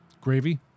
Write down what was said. gravy